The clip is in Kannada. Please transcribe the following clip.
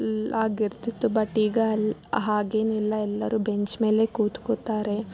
ಆಗಿರ್ತಿತ್ತು ಬಟ್ ಈಗ ಅಲ್ಲಿ ಹಾಗೇನಿಲ್ಲ ಎಲ್ಲರೂ ಬೆಂಚ್ ಮೇಲೆ ಕೂತ್ಕೊಳ್ತಾರೆ